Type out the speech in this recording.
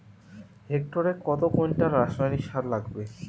হেক্টরে কত কুইন্টাল রাসায়নিক সার লাগবে?